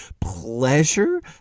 pleasure